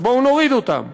אז בואו נוריד אותם.